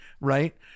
right